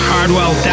Hardwell